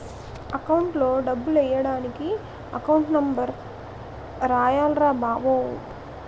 అకౌంట్లో డబ్బులెయ్యడానికి account number రాయాల్రా బావో